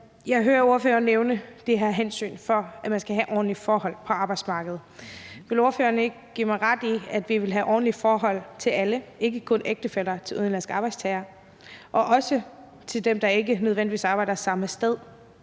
Jeg hører ordføreren nævne det her hensyn til, at man skal have ordentlige forhold på arbejdsmarkedet. Vil ordføreren ikke give mig ret i, at vi vil have ordentlige forhold til alle, ikke kun til ægtefæller til udenlandske arbejdstagere – og også til dem, der ikke nødvendigvis arbejder samme sted